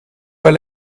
wel